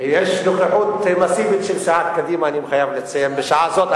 אני חייב לציין שיש נוכחות מסיבית של סיעת קדימה בשעה הזאת.